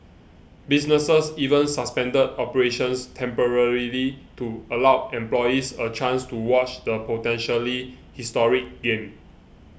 businesses even suspended operations temporarily to allow employees a chance to watch the potentially historic game